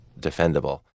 defendable